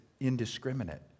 indiscriminate